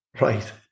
Right